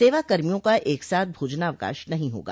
सेवाकर्मियों का एकसाथ भोजनावकाश नहीं होगा